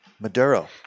Maduro